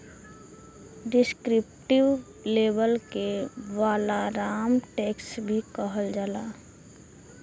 descriptive label के वालाराम tax भी कहल जाला